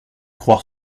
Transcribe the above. croire